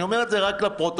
אני אומר את זה רק לפרוטוקול,